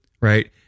right